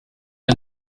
ein